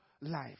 life